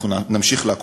ואנחנו נמשיך לעקוב,